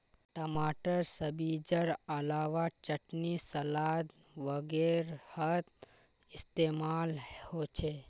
टमाटर सब्जिर अलावा चटनी सलाद वगैरहत इस्तेमाल होचे